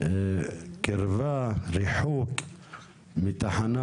קרבה או מרחק מתחנה.